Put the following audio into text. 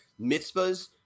mitzvahs